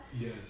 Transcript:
Yes